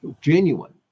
genuine